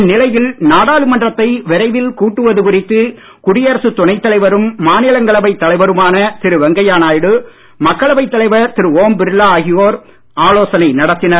இந்நிலையில் நாடாளுமன்றத்தை விரைவில் கூட்டுவது குறித்து குடியரசு துணைத் தலைவரும் மாநிலங்களவை தலைவருமான திரு வெங்கையா நாயுடு மக்களவை தலைவர் திரு ஓம் பிர்லா ஆகியோர் ஆலோசனை நடத்தினர்